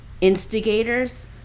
instigators